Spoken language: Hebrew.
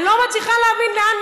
ואני לא מצליחה להבין לאן